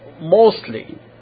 mostly